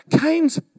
Cain's